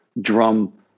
drum